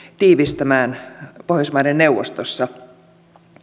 tiivistämään pohjoismaiden neuvostossa puheenjohtaja